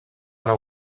anar